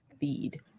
feed